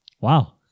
Wow